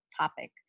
topic